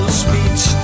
speech